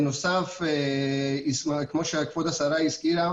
ולא לספק את השירות שלשמו הוא קיבל כספים אז מדובר בעבירת